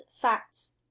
facts